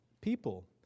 people